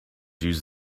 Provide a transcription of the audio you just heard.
use